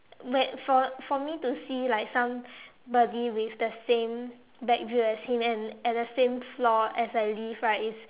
when for for me to see like somebody with the same back view as him and at the same floor as I live right it's